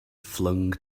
flung